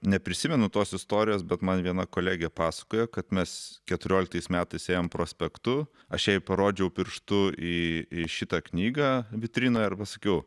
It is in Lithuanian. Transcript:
neprisimenu tos istorijos bet man viena kolegė pasakojo kad mes keturioliktais metais ėjom prospektu aš jai parodžiau pirštu į į šitą knygą vitrinoj ir pasakiau